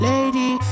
Lady